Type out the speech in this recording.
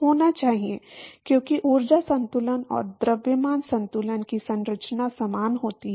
होना चाहिए क्योंकि ऊर्जा संतुलन और द्रव्यमान संतुलन की संरचना समान होती है